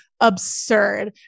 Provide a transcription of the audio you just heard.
absurd